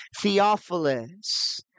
Theophilus